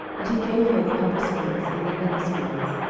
and he gave her the upper springs, and the nether springs.